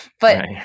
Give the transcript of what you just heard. but-